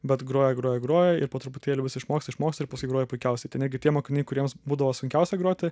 bet groja groja groja ir po truputėlį vis išmoksta išmoksta ir paskui groja puikiausiai tai netgi tie mokiniai kuriems būdavo sunkiausia groti